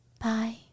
Bye